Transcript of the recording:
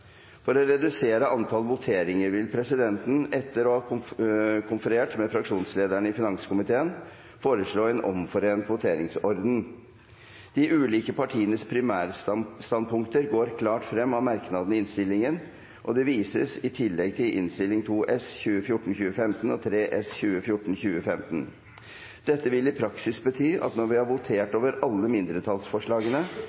For å redusere antall voteringer i denne saken vil presidenten etter å ha konferert med fraksjonslederne i finanskomiteen foreslå en omforent voteringsorden. De ulike partienes primærstandpunkter går klart frem av merknadene i innstillingen, og det vises i tillegg til Innst. 2 S for 2014–2015 og Innst. 3 S for 2014–2015. Dette vil i praksis bety at når vi har votert